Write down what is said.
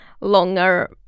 longer